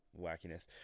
wackiness